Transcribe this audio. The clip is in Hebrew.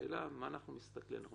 השאלה היא על מה אנחנו מסתכלים אנחנו